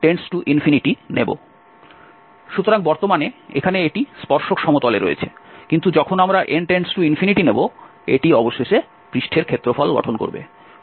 সুতরাং বর্তমানে এখানে এটি স্পর্শক সমতলে রয়েছে কিন্তু যখন আমরা n→∞নেব এটি অবশেষে পৃষ্ঠের ক্ষেত্রফল গঠন করবে